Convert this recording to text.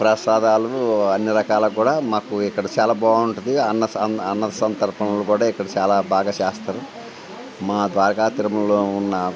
ప్రసాదాలు అన్ని రకాలకు కూడా మాకు ఇక్కడ చాలా బాగుంటుంది అన్న అన్న అన్న సంతర్పణలు కూడా ఇక్కడ చాలా బాగా చేస్తారు మా ద్వారకా తిరుమలలో ఉన్న